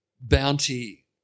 bounty